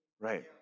Right